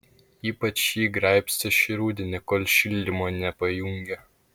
ypač jį graibstė šį rudenį kol šildymo nepajungė